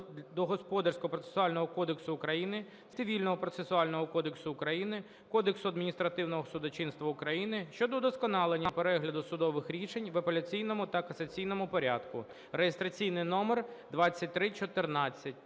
до Господарського процесуального кодексу України, Цивільного процесуального кодексу України, Кодексу адміністративного судочинства України щодо удосконалення перегляду судових рішень в апеляційному та касаційному порядку, (реєстраційний номер 2314),